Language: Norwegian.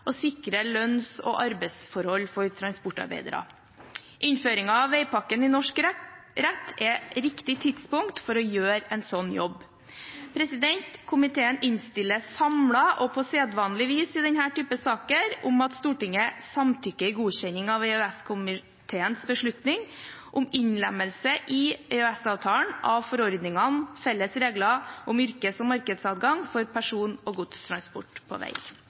sikre lønns- og arbeidsforhold for transportarbeidere. Innføringen av veipakken i norsk rett er riktig tidspunkt for å gjøre en slik jobb. Komiteen innstiller samlet og på sedvanlig vis i denne typen saker på at Stortinget samtykker i godkjenning av EØS-komiteens beslutning om innlemmelse i EØS-avtalen av forordningene om felles regler om yrkes- og markedsadgang for person- og godstransport på vei.